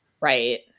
Right